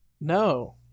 No